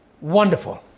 wonderful